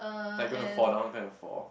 like you're gonna fall down kind of fall